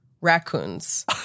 raccoons